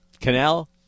canal